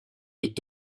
est